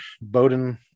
Bowden